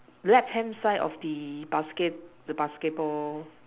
left hand side of the basket the basketball